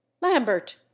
lambert